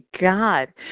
God